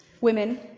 Women